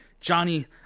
Johnny